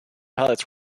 pilots